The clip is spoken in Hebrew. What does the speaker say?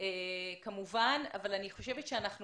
אבל אני חושבת שאנחנו